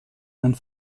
and